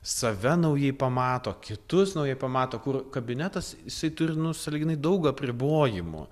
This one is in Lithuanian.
save naujai pamato kitus naujai pamato kur kabinetas jisai turi nu salyginai daug apribojimų